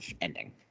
ending